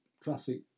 classic